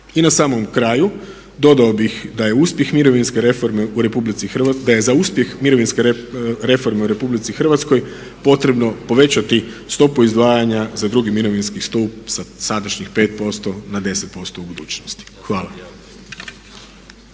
I na samom kraju dodao bih da je za uspjeh mirovinske reforme u RH potrebno povećati stopu izdvajanja za drugi mirovinski stup sa sadašnjih 5% na 10% u budućnosti. Hvala.